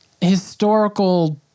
historical